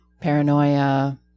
paranoia